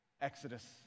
Exodus